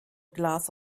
glass